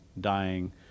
dying